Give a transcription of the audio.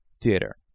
theater